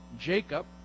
Jacob